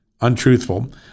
untruthful